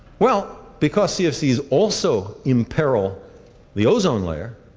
well, because cfcs also imperil the ozone layer,